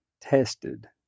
tested